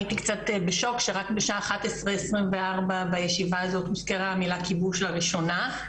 הייתי קצת בשוק שרק בשעה 11:24 בישיבה הזו הוזכרה המילה כיבוש לראשונה,